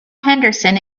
henderson